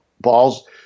balls